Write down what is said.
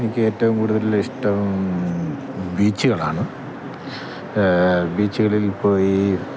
എനിക്ക് ഏറ്റവും കൂടുതല് ഇഷ്ടം ബീച്ചുകളാണ് ബീച്ചുകളിൽ പോയി